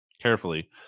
carefully